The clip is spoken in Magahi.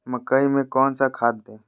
मकई में कौन सा खाद दे?